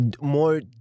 more